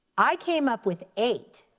i came up with eight.